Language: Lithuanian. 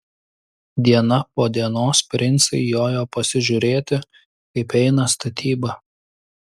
diena po dienos princai jojo pasižiūrėti kaip eina statyba